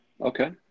okay